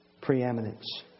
preeminence